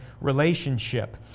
relationship